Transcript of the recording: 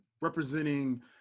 representing